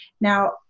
Now